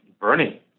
Bernie